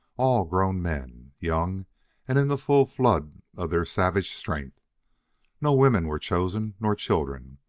all grown men, young and in the full flood of their savage strength no women were chosen, nor children,